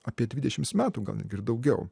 apie dvidešims metų gal netgi ir daugiau